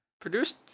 Produced